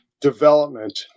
development